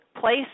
place